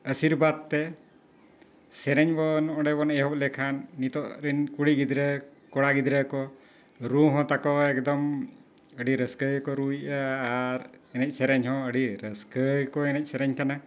ᱟᱥᱤᱨᱵᱟᱫᱽ ᱛᱮ ᱥᱮᱨᱮᱧ ᱵᱚᱱ ᱚᱸᱰᱮ ᱵᱚᱱ ᱮᱦᱚᱵ ᱞᱮᱠᱷᱟᱱ ᱱᱤᱛᱳᱜ ᱨᱮᱱ ᱠᱩᱲᱤ ᱜᱤᱫᱽᱨᱟᱹ ᱠᱚᱲᱟ ᱜᱤᱫᱽᱨᱟᱹ ᱠᱚ ᱨᱩ ᱦᱚᱸ ᱛᱟᱠᱚ ᱮᱠᱫᱚᱢ ᱟᱹᱰᱤ ᱨᱟᱹᱥᱠᱟᱹ ᱜᱮᱠᱚ ᱨᱩᱭᱮᱜᱼᱟ ᱟᱨ ᱮᱱᱮᱡ ᱥᱮᱨᱮᱧ ᱦᱚᱸ ᱟᱹᱰᱤ ᱨᱟᱹᱥᱠᱟᱹ ᱜᱮᱠᱚ ᱮᱱᱮᱡ ᱥᱮᱨᱮᱧ ᱠᱟᱱᱟ